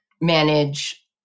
manage